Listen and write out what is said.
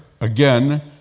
again